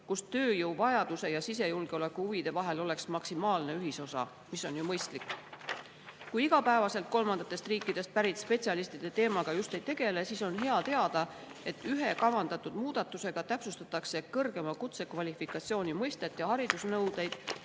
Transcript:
kus tööjõuvajaduse ja sisejulgeoleku huvide vahel oleks maksimaalne ühisosa, mis on ju mõistlik. Kui me kolmandatest riikidest pärit spetsialistide teemaga just igapäevaselt ei tegele, siis on hea teada, et ühe kavandatud muudatusega täpsustatakse kõrgema kutsekvalifikatsiooni mõistet ja haridusnõudeid,